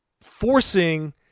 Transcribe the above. forcing